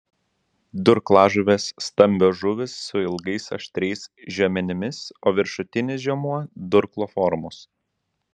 durklažuvės stambios žuvys su ilgais aštriais žiomenimis o viršutinis žiomuo durklo formos